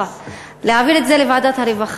מציעה להעביר את זה לוועדת הרווחה.